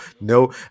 no